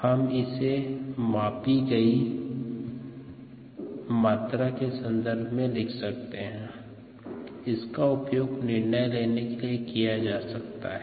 हम इसे मापी गयी मात्रा के संदर्भ में लिख सकते हैं और इसका उपयोग निर्णय लेने के लिए किया जा सकता है